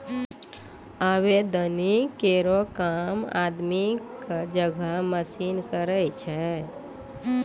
आबे दौनी केरो काम आदमी क जगह मसीन करै छै